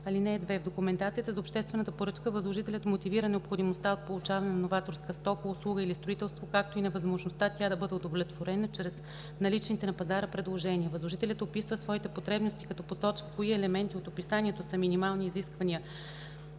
(2) В документацията за обществената поръчка възложителят мотивира необходимостта от получаване на новаторска стока, услуга или строителство, както и невъзможността тя да бъде удовлетворена чрез наличните на пазара предложения. Възложителят описва своите потребности, като посочва кои елементи от описанието са минимални изисквания,